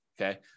Okay